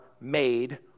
made